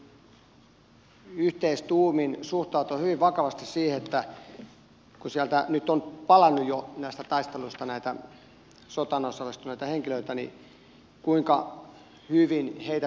meidän täytyy yhteistuumin suhtautua hyvin vakavasti siihen että kun näistä taisteluista nyt on jo palannut näitä sotaan osallistuneita henkilöitä niin kuinka hyvin heitä pystytään valvomaan